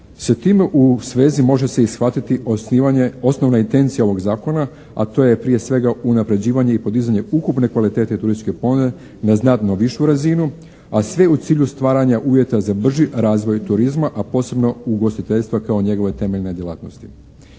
Sa tim u svezi može se i shvatiti osnivanje, osnovna intencija ovog zakona a to je prije svega unapređivanje i podizanje ukupne kvalitete turističke ponude na znatno višu razinu a sve u cilju stvaranja uvjeta za brži razvoj turizma a posebno ugostiteljstva kao njegove temeljne djelatnosti.